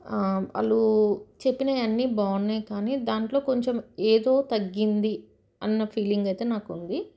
వాళ్ళు చెప్పినవి అన్నీ బాగున్నాయి కానీ దాంట్లో కొంచెం ఏదో తగ్గింది అన్న ఫీలింగ్ అయితే నాకు ఉంది